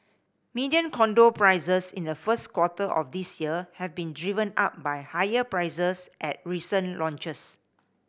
median condo prices in the first quarter of this year have been driven up by higher prices at recent launches